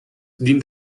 dient